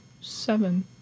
seven